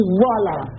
voila